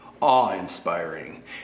awe-inspiring